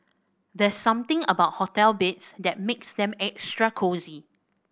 there's something about hotel beds that makes them extra cosy